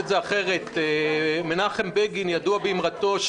מנחם בגין ידוע באמרתו,